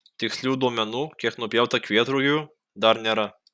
tikslių duomenų kiek nupjauta kvietrugių dar nėra